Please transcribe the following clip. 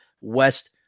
West